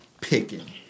picking